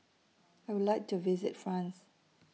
I Would like to visit France